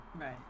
right